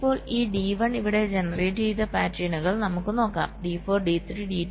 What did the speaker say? ഇപ്പോൾ ഈ D1 ഇവിടെ ജനറേറ്റ് ചെയ്ത പാറ്റേണുകൾ നമുക്ക് നോക്കാം D4 D3 D2 D 1